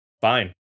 Fine